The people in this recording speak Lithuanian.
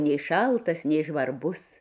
nei šaltas nei žvarbus